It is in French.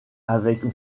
avec